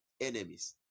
enemies